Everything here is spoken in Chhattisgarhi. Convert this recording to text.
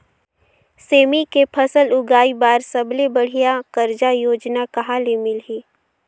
सेमी के फसल उगाई बार सबले बढ़िया कर्जा योजना कहा ले मिलही?